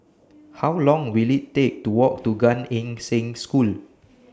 How Long Will IT Take to Walk to Gan Eng Seng School